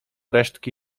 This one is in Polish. resztki